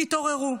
תתעוררו,